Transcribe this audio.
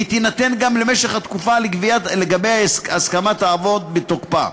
והיא תינתן גם למשך התקופה שלגביה ההסכמה תעמוד בתוקפה.